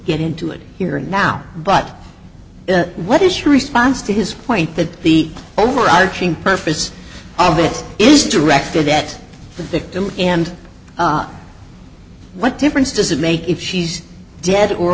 get into it here now but what is your response to his point that the overarching purpose of it is directed at the victim and what difference does it make if she's dead or